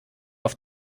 auf